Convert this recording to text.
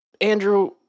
Andrew